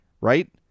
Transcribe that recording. right